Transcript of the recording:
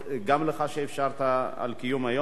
גם לך שאפשרת את קיום היום,